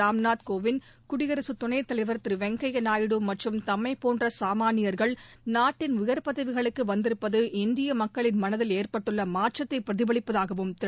ராம்நாத் கோவிந்த் குடியரசு துணைத்தலைவர் திருவெங்கையா நாயுடு மற்றும் தம்மைப்போன்ற சாமானியர்கள் நாட்டின் உயர் பதவிகளுக்கு வந்திருப்பது இந்திய மக்களின் மனதில் ஏற்பட்டுள்ள மாற்றத்தை பிரதிபலிப்பதாகவும் திரு